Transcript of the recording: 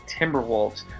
Timberwolves